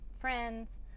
friends